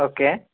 okay